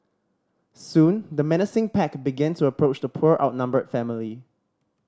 soon the menacing pack began to approach the poor outnumbered family